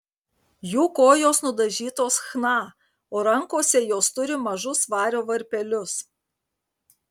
jų kojos nudažytos chna o rankose jos turi mažus vario varpelius